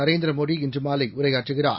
நரேந்திர மோடி இன்று மாலை உரையாற்றுகிறார்